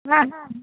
হ্যাঁ